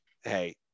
Hey